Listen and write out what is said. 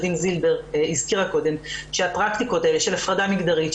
הדין זילבר הזכירה קודם שהפרקטיקות האלה של הפרדה מגדרית,